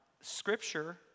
Scripture